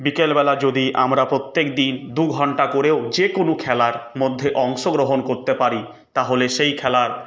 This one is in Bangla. বিকেলবেলা যদি আমরা প্রত্যেক দিন দুঘণ্টা করেও যে কোনো খেলার মধ্যে অংশগ্রহণ করতে পারি তাহলে সেই খেলা